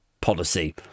policy